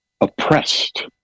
oppressed